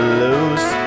lose